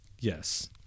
Yes